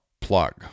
plug